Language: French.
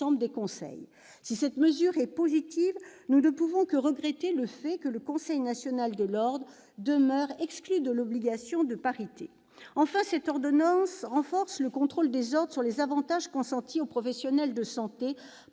des conseils. Si cette mesure est positive, nous ne pouvons que regretter le fait que le Conseil national de l'Ordre demeure exclu de l'obligation de parité. Enfin, cette ordonnance renforce le contrôle des ordres sur les avantages consentis aux professionnels de santé